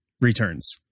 Returns